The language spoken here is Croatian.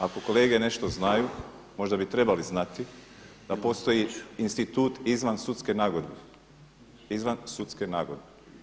Ako kolege nešto znaju, možda bi trebali znati da postoji institut izvan sudske nagodbe, izvan sudske nagodbe.